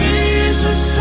Jesus